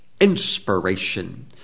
inspiration